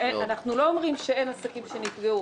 אנחנו לא אומרים שאין עסקים שנפגעו,